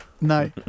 No